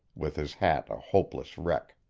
with his hat a hopeless wreck.